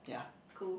cool